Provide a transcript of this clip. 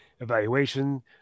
evaluation